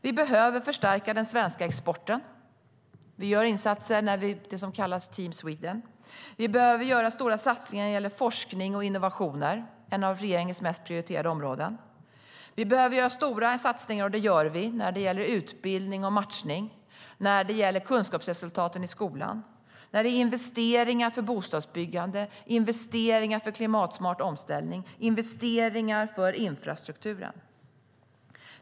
Vi behöver förstärka den svenska exporten, och vi gör insatser i det som kallas Team Sweden. Vi behöver göra stora satsningar vad gäller forskning och innovationer, vilket är ett av regeringens mest prioriterade områden. Vi behöver göra - och vi gör - stora satsningar när det gäller utbildning och matchning, kunskapsresultaten i skolan, investeringar i bostadsbyggande, investeringar i klimatsmart omställning och investeringar i infrastrukturen.